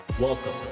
Welcome